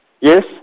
Yes